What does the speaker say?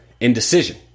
indecision